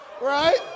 right